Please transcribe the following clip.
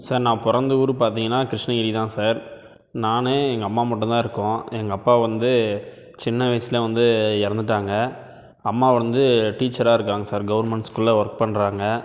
sir நான் பிறந்த ஊர் பார்த்திங்கன்னா கிருஷ்ணகிரி தான் சார் நான் எங்கள் அம்மா மட்டும் தான் இருக்கோம் எங்கள் அப்பா வந்து சின்ன வயதில் வந்து இறந்துட்டாங்க அம்மா வந்து டீச்சராக இருக்காங்க சார் கவர்மெண்ட் ஸ்கூலில் ஒர்க் பண்ணுறாங்க